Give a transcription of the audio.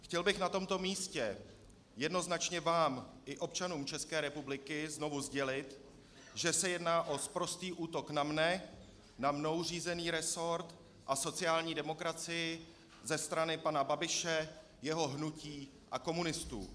Chtěl bych na tomto místě jednoznačně vám i občanům České republiky znovu sdělit, že se jedná o sprostý útok na mne, na mnou řízený resort a sociální demokracii ze strany pana Babiše, jeho hnutí a komunistů.